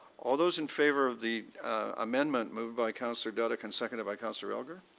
all those in favour of the amendment moved by councillor duddeck and seconded by councillor elgar?